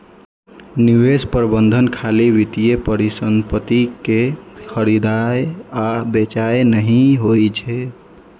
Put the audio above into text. निवेश प्रबंधन खाली वित्तीय परिसंपत्ति कें खरीदनाय आ बेचनाय नहि होइ छै